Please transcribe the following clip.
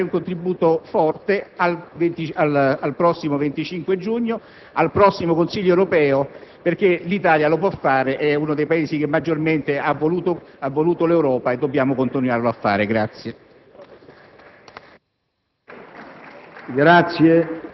a partire anche dalle nostre diverse posizioni, dare un contributo forte al dibattito, al prossimo 25 giugno, al prossimo Consiglio europeo, perché l'Italia lo può fare: è uno dei Paesi che maggiormente ha voluto l'Europa e dobbiamo continuare a farlo.